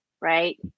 right